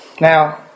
Now